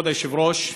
כבוד היושב-ראש,